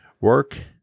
Work